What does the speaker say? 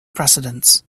precedence